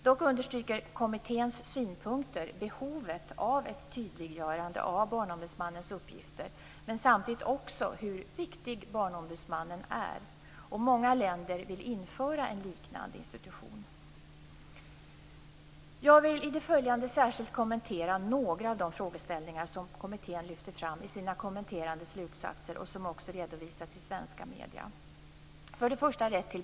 Dock understryks i kommitténs synpunkter behovet av ett tydliggörande av BO:s uppgifter men samtidigt också hur viktig Barnombudsmannen är. Många länder vill införa en liknande institution. Jag vill i det följande särskilt kommentera några av de frågeställningar som kommittén lyfte fram i sina kommenterande slutsatser och som också redovisats i svenska medier.